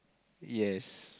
yes